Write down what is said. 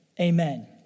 Amen